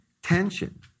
tension